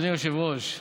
אדוני היושב-ראש,